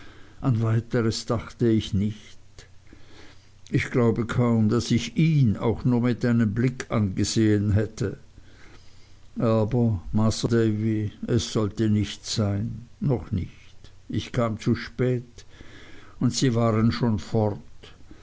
dachte ich nichts ich glaube kaum daß ich ihn auch nur mit einem blick angesehen hätte aber masr davy es sollte nicht sein noch nicht ich kam zu spät und sie waren schon fort